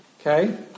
Okay